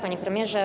Panie Premierze!